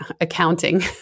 accounting